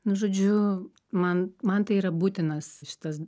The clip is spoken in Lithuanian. nu žodžiu man man tai yra būtinas šitas